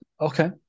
Okay